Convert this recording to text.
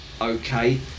okay